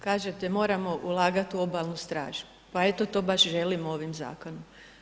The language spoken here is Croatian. Kažete moramo ulagat u Obalnu stražu, pa eto to baš želimo ovim zakonom.